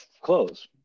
clothes